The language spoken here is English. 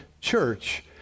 church